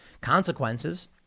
consequences